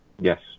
yes